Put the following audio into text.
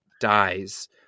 dies